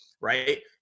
Right